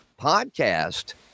Podcast